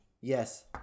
Yes